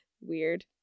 Weird